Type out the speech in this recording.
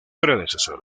predecesor